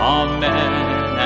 amen